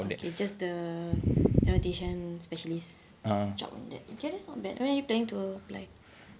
okay just the annotation specialist job on that okay that's not bad when are you planning to apply